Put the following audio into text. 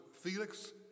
Felix